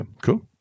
Cool